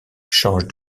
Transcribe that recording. change